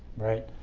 right.